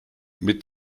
mit